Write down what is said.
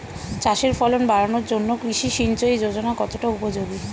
চাষের ফলন বাড়ানোর জন্য কৃষি সিঞ্চয়ী যোজনা কতটা উপযোগী?